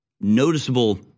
noticeable